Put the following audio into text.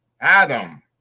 Adam